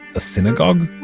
a synagogue?